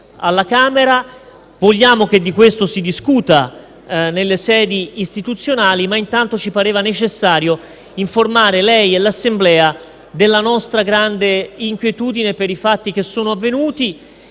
alla Camera. Vogliamo che di questo si discuta nelle sedi istituzionali, ma intanto ci pareva necessario informare lei e l'Assemblea della nostra grande inquietudine per i fatti avvenuti,